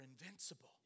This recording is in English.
invincible